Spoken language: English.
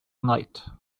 night